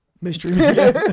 Mystery